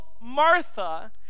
Martha